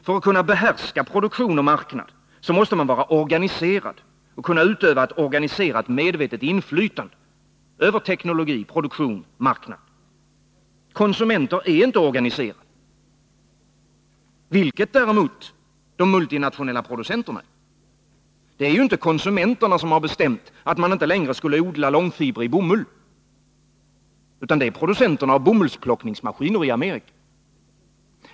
För att kunna behärska produktion och marknad måste man vara organiserad och kunna utöva ett organiserat medvetet inflytande över teknologi, produktion och marknad. Konsumenter är inte organiserade, vilket däremot de multinationella producenterna är. Det är inte konsumenterna som har bestämt, att man inte längre skulle odla långfibrig bomull — det är producenterna av bomullsplockningsmaskiner i Amerika.